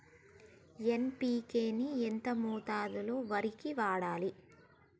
NPK ని ఎంత మోతాదులో వరికి వాడాలి?